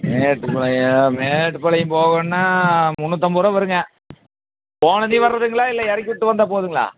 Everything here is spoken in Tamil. மேட்டுப்பாளையம் மேட்டுப்பாளையம் போகோணுன்னால் முந்நூற்றம்பதுருவா வருங்க போனடியும் வர்றதுங்களா இல்லை இறக்கி விட்டு வந்தால் போதுங்களா